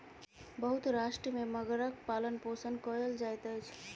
बहुत राष्ट्र में मगरक पालनपोषण कयल जाइत अछि